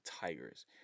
Tigers